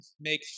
make